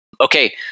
Okay